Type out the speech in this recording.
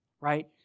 right